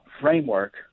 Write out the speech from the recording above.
framework